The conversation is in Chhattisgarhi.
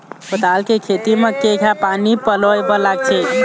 पताल के खेती म केघा पानी पलोए बर लागथे?